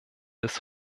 des